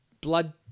blood